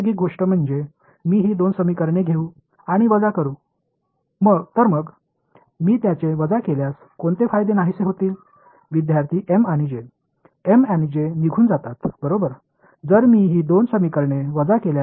இப்போது நான் வெளி மின்சார மூலங்களான M மற்றும் J ஆகியவற்றைக் கையாள விரும்பவில்லை ஏனெனில் அவை குறிப்பிட மிகவும் சிக்கலானதாக இருக்கலாம்